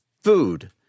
food